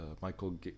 Michael